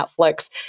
Netflix